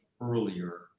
earlier